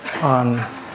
on